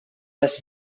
les